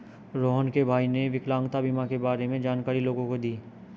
रोहण के भाई ने विकलांगता बीमा के बारे में जानकारी लोगों को दी